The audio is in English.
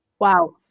Wow